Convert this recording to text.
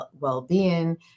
well-being